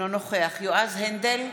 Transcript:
בעד יועז הנדל,